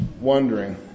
wondering